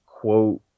quote